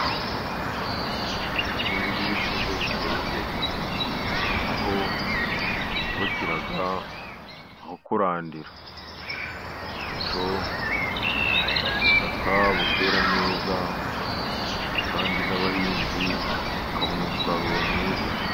Ubuhinzi bw'ibishyimbo buteye imbere aho babyubakira aho kurandira, bityo ubutaka bukera neza, kandi n'abahinzi bakabona umusaruro mwiza.